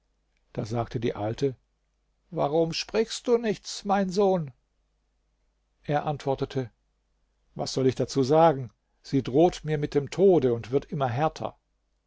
da sagte die alte warum sprichst du nichts mein sohn er antwortete was soll ich dazu sagen sie droht mir mit dem tode und wird immer härter